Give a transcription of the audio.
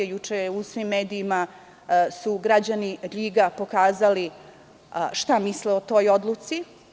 Juče su u svim medijima građani Ljiga pokazali šta misle o toj odluci.